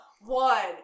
one